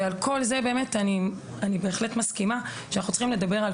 ועל כל זה אני בהחלט מסכימה שאנחנו צריכים לדבר.